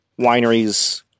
wineries